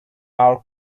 our